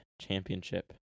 Championship